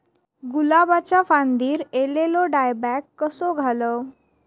गुलाबाच्या फांदिर एलेलो डायबॅक कसो घालवं?